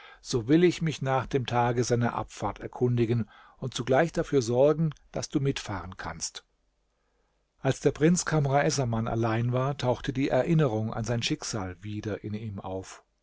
so will ich mich nach dem tage seiner abfahrt erkundigen und zugleich dafür sorgen daß du mitfahren kannst als der prinz kamr essaman allein war tauchte die erinnerung an sein schicksal wieder in ihm auf